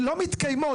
שלא מתקיימות.